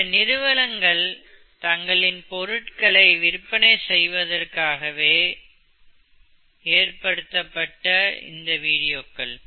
சில நிறுவனங்கள் தங்களின் பொருட்களை விற்பனை செய்வதற்காக ஏற்படுத்தப் பட்டதே இந்த வீடியோக்கள்